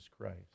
Christ